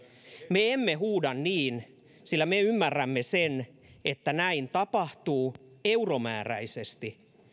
me emme huuda niin sillä me ymmärrämme sen että näin tapahtuu euromääräisesti